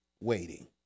waiting